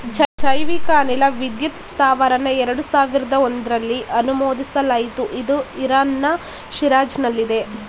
ಜೈವಿಕ ಅನಿಲ ವಿದ್ಯುತ್ ಸ್ತಾವರನ ಎರಡು ಸಾವಿರ್ದ ಒಂಧ್ರಲ್ಲಿ ಅನುಮೋದಿಸಲಾಯ್ತು ಇದು ಇರಾನ್ನ ಶಿರಾಜ್ನಲ್ಲಿದೆ